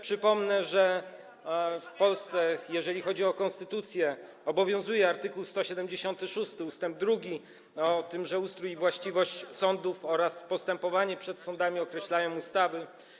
Przypomnę, że w Polsce, jeżeli chodzi o konstytucję, obowiązuje art. 176 ust. 2: ustrój i właściwość sądów oraz postępowanie przed sądami określają ustawy.